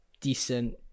decent